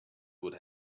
what